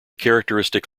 characteristic